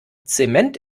zement